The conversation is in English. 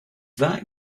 that